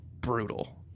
brutal